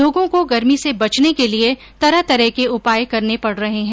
लोगों को गर्मी से बचने के लिये तरह तरह के उपाय करने पड़ रहे हैं